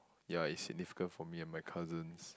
ya it's significant for me and my cousins